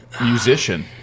musician